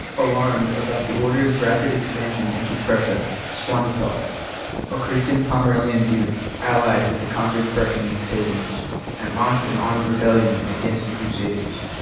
alarmed about the orders rapid expansion into pressure swan taupe elk a christian pomeranian duke allied with the concord pression pagans and launched an armed rebellion against the crusaders